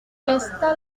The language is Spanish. esta